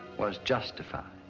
was justified.